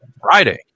Friday